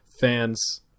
fans